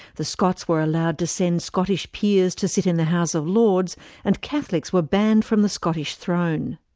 the scots were allowed to send scottish peers to sit in the house of lords and catholics were banned from the scottish throne.